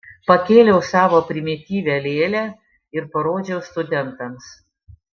pakėliau savo primityvią lėlę ir parodžiau studentams